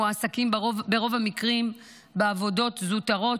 מועסקים ברוב המקרים בעבודות זוטרות